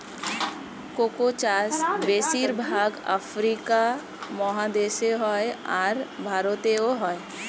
cocoa চাষ বেশির ভাগ আফ্রিকা মহাদেশে হয়, আর ভারতেও হয়